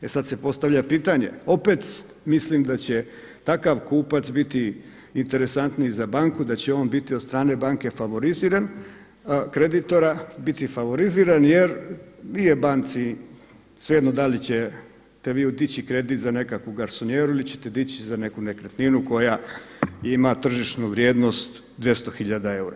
E sad se postavlja pitanje opet mislim da će takav kupac biti interesantniji za banku, da će on biti od strane banke favoriziran, kreditora biti favoriziran jer nije banci svejedno da li ćete vi dići kredit za nekakvu garsonijeru ili ćete dići za neku nekretninu koja ima tržišnu vrijednost 200 hiljada eura.